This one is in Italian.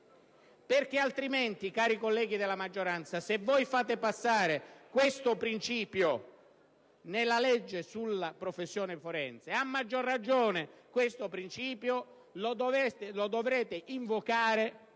aspetti. Altrimenti, cari colleghi della maggioranza, se si fa passare questo principio nella legge sulla professione forense, a maggior ragione lo stesso principio lo dovrete invocare